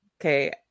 Okay